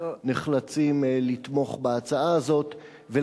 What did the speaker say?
נחלצים לתמוך בהצעה הזאת לפיזור הכנסת.